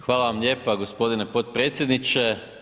Hvala vam lijepa g. potpredsjedniče.